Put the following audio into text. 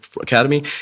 Academy